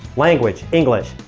language. english.